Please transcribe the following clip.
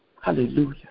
Hallelujah